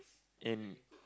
and